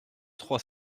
trois